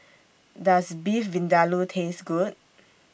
Does Beef Vindaloo Taste Good